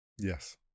yes